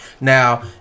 Now